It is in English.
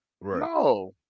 No